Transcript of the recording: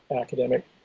academic